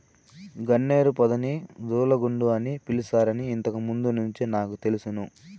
గన్నేరు పొదని దూలగుండ అని పిలుస్తారని ఇంతకు ముందు నుంచే నాకు తెలుసును